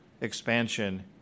expansion